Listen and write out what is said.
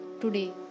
today